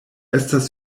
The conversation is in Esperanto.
estas